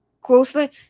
closely